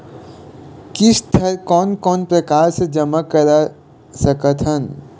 किस्त हर कोन कोन प्रकार से जमा करा सकत हन?